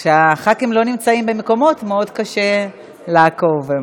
כשחברי הכנסת לא נמצאים במקומות מאוד קשה לעקוב.